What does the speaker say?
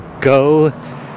go